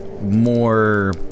more